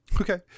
Okay